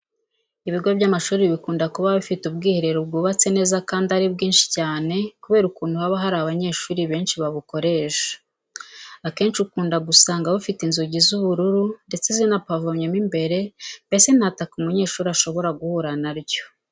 Ibigo by'amashuri bikunda kuba bifite ubwiherero bwubatse neza kandi ari bwinshi cyane kubera ukuntu haba hari abanyeshuri benshi babukoresha. Akenshi ukunda gusanga bufite inzugi z'ubururu ndetse zinapavomyemo imbere, mbese nta taka umunyeshuri ashobora guhura na ryo.